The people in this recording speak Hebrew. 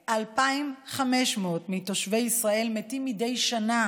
2,500 מתושבי ישראל מתים מדי שנה